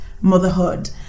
motherhood